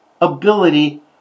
ability